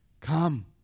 Come